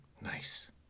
Nice